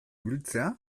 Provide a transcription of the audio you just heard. ibiltzea